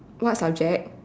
what subject